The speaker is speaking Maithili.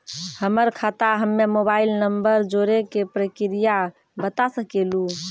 हमर खाता हम्मे मोबाइल नंबर जोड़े के प्रक्रिया बता सकें लू?